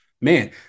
Man